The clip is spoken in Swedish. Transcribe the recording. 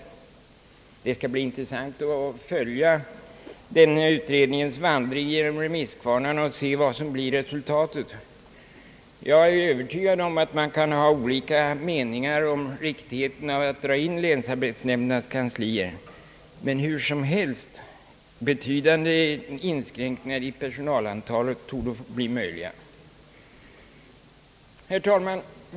Det skall bli intressant att följa den utredningens vandring genom remisskvarnarna och se vad som blir resultatet därav. Jag är övertygad om att man kan ha olika meningar om riktigheten av att dra in länsarbetsnämnderna och deras kanslier, men därmed må vara hur som helst — betydande inskränkningar i personalstyrkan torde bli möjliga. Herr talman!